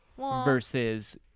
versus